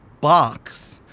box